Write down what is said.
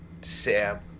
Sam